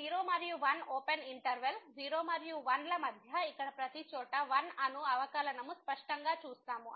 0 మరియు 1 open interval 0 మరియు 1 ల మధ్య ఇక్కడ ప్రతిచోటా 1 అను అవకలనము స్పష్టంగా చూస్తాము